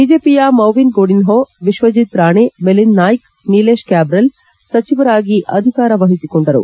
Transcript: ಬಿಜೆಪಿಯ ಮೌವಿನ್ ಗೊಡಿನ್ನೊ ವಿಶ್ವಜಿತ್ ರಾಣೆ ಮಿಲಿಂದ್ ನಾಯ್ತ್ ನಿಲೇಶ್ ಕ್ವಾಬ್ರಲ್ ಅವರು ಸಚಿವರಾಗಿ ಅಧಿಕಾರ ವಹಿಸಿಕೊಂಡರು